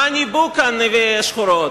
מה ניבאו כאן נביאי השחורות.